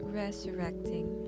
resurrecting